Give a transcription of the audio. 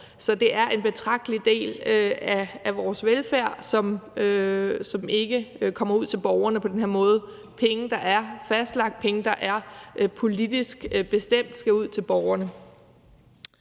måde en betragtelig del af vores velfærd, der ikke kommer ud til borgerne – det er penge, der er fastlagt til det, penge, det politisk er bestemt skal ud til borgerne.